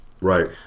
Right